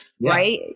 right